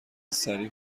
سریع